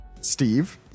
Steve